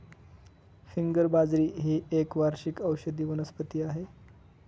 finger बाजरी ही एक वार्षिक औषधी वनस्पती आहे